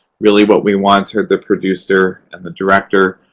really, what we want are the producer and the director.